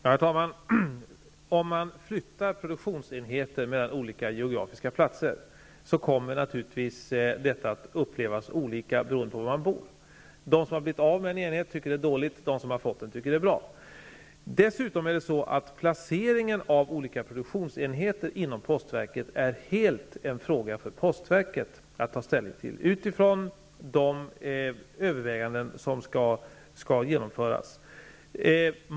Herr talman! Om man flyttar produktionsenheter mellan olika geografiska platser kommer naturligtvis detta att upplevas olika, beroende på var man bor. De som har blivit av med en enhet tycker att det är dåligt, och de som har fått en tycker att det är bra. Placeringen av olika produktionsenheter inom postverket är dessutom helt en fråga för postverket att ta ställning till, utifrån de överväganden som skall göras.